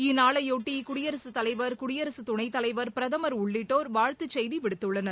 இந்நாளையொட்டி குடியரசுத் தலைவர் குடியரசு துணைத்தலைவர் பிரதமர் உள்ளிட்டோர் வாழ்த்து செய்தி விடுத்துள்ளனர்